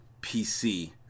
PC